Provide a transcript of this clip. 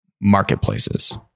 marketplaces